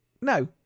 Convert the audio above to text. No